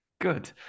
Good